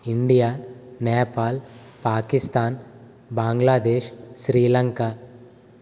India Nepal Pakistan Bangladesh Sri Lanka